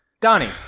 Donnie